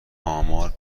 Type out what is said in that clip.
آمار